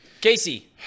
Casey